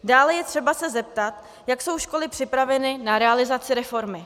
Dále je třeba se zeptat, jak jsou školy připraveny na realizaci reformy.